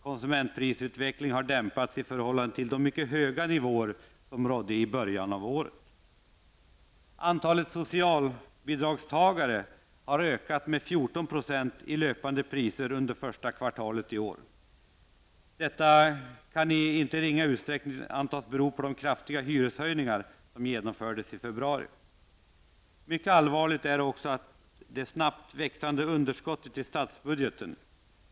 Konsumentprisutvecklingen har dämpats i förhållande till de mycket höga nivåerna i början av året. De utbetalade socialbidragen har ökat med 14 % i löpande priser under första kvartalet i år. Detta kan i inte ringa utsträckning antas bero på de kraftiga hyreshöjningar som genomfördes i februari. Mycket allvarligt är också det snabbt växande underskottet i statsbudgeten.